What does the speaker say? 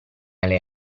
alle